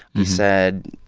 he said,